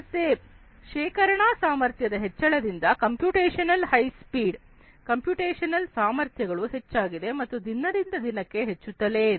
ಮತ್ತೆ ಶೇಖರಣಾ ಸಾಮರ್ಥ್ಯದ ಹೆಚ್ಚಳದಿಂದ ಕಂಪ್ಯೂಟೇಶನಲ್ ಹೈ ಸ್ಪೀಡ್ ಕಂಪ್ಯೂಟೇಶನಲ್ ಸಾಮರ್ಥ್ಯಗಳು ಹೆಚ್ಚಾಗಿದೆ ಮತ್ತು ದಿನದಿಂದ ದಿನಕ್ಕೆ ಹೆಚ್ಚುತ್ತಲೇ ಇದೆ